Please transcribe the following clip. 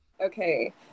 Okay